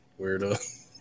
Weirdo